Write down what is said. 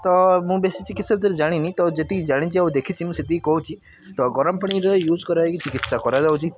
ତ ମୁଁ ବେଶୀ ଚିକିତ୍ସା ବିଷୟରେ ଜାଣିନି ତ ଯେତିକି ଜାଣିଛି ଆଉ ଦେଖିଚି ମୁଁ ସେତିକି କହୁଛି ତ ଗରମ ପାଣିର ୟୁଜ୍ କରାହୋଇକି ଚିକିତ୍ସା କରାଯାଉଛି